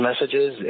messages